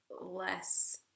less